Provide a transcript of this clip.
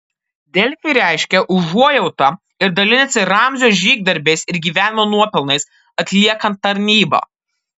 delfi reiškia užuojautą ir dalinasi ramzio žygdarbiais ir gyvenimo nuopelnais atliekant tarnybą